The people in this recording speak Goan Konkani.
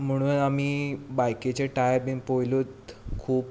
म्हणून आमी बायकीचे टायर बी पयलींच खूब